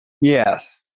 Yes